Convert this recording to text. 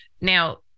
Now